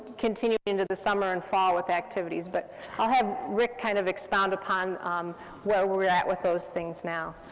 continuing into the summer and fall with activities, but i'll have rick kind of expound upon where we're at with those things now,